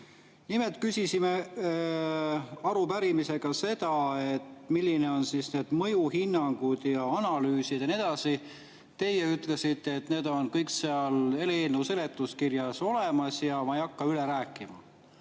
Nimelt küsisime arupärimises seda, millised on mõjuhinnangud ja analüüsid ja nii edasi. Teie ütlesite, et need on kõik eelnõu seletuskirjas olemas ja te ei hakka üle rääkima.